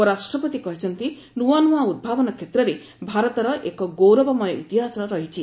ଉପରାଷ୍ଟ୍ରପତି କହିଛନ୍ତି ନୂଆ ନୂଆ ଉଦ୍ଭାବନ କ୍ଷେତ୍ରରେ ଭାରତର ଏକ ଗୌରବମୟ ଇତିହାସ ରହିଛି